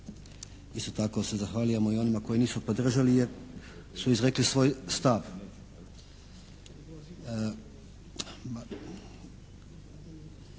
isto tako se zahvaljujemo i onima koji nisu podržali je, su izrekli svoj stav.